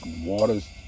water's